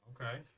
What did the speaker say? Okay